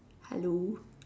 hello